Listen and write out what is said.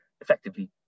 effectively